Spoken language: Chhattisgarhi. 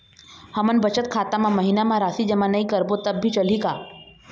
हमन बचत खाता मा महीना मा राशि जमा नई करबो तब भी चलही का?